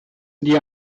dir